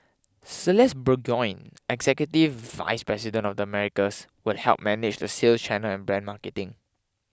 Celeste Burgoyne executive vice president of the Americas will help manage the sales channel and brand marketing